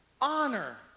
Honor